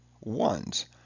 ones